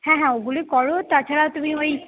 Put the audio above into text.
হ্যাঁ হ্যাঁ ওগুলোই করো তাছাড়া তুমি ওই